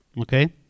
okay